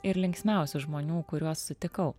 ir linksmiausių žmonių kuriuos sutikau